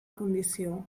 condició